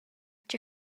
cha